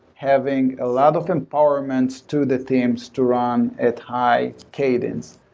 having a lot of empowerment to the teams to run at high cadence,